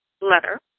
letter